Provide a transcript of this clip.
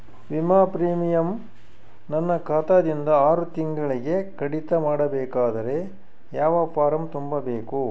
ವಿಮಾ ಪ್ರೀಮಿಯಂ ನನ್ನ ಖಾತಾ ದಿಂದ ಆರು ತಿಂಗಳಗೆ ಕಡಿತ ಮಾಡಬೇಕಾದರೆ ಯಾವ ಫಾರಂ ತುಂಬಬೇಕು?